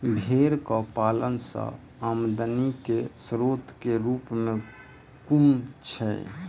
भेंर केँ पालन सँ आमदनी केँ स्रोत केँ रूप कुन छैय?